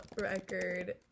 record